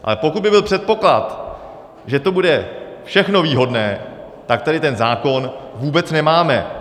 Ale pokud by byl předpoklad, že to bude všechno výhodné, tak tady ten zákon vůbec nemáme.